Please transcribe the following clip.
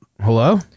hello